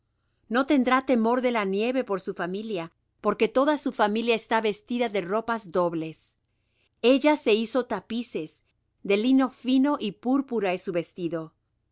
no tendrá temor de la nieve por su familia porque toda su familia está vestida de ropas dobles ella se hizo tapices de lino fino y púrpura es su vestido